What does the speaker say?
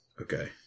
Okay